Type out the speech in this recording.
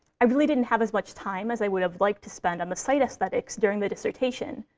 i really didn't have as much time as i would have liked to spend on the site aesthetics during the dissertation.